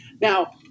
now